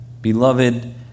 Beloved